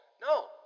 No